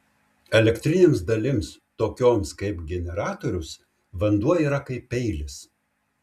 elektrinėms dalims tokioms kaip generatorius vanduo yra kaip peilis